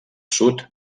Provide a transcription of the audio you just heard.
sud